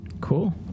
Cool